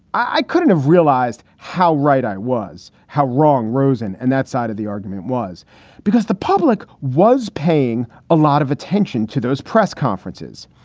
i couldn't have realized how right i was, how wrong rosen and that side of the argument was because the public was paying a lot of attention to those press conferences.